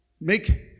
make